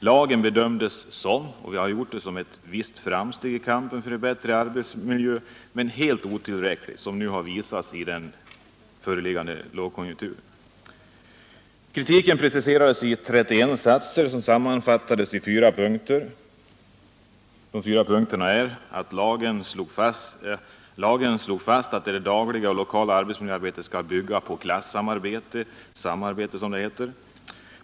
Lagen bedömdes som ett visst framsteg i kampen för en bättre arbetsmiljö, men att den är helt otillräcklig har visat sig i den pågående lågkonjunkturen. 1. Lagen slog fast att det dagliga och lokala arbetsmiljöarbetet skall bygga på klassamarbete — samarbete, som det heter. 2.